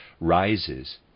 rises